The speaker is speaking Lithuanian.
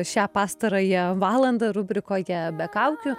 šią pastarąją valandą rubrikoje be kaukių